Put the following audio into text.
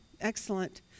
excellent